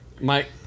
Mike